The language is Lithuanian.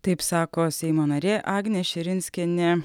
taip sako seimo narė agnė širinskienė